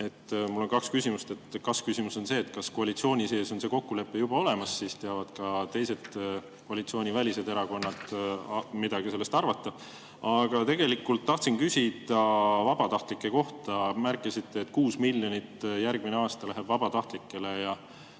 Mul on kaks küsimust. Kas-küsimus on see, et kas koalitsiooni sees on see kokkulepe juba olemas, siis teavad ka teised koalitsioonivälised erakonnad midagi sellest arvata. Aga tegelikult tahtsin küsida vabatahtlike kohta. Märkisite, et 6 miljonit järgmine aasta läheb vabatahtlikele.